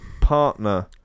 partner